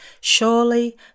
Surely